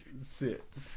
Sit